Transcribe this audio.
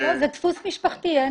זה דפוס משפחתי.